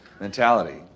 mentality